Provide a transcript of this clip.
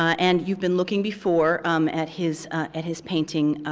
and you've been looking before at his at his painting,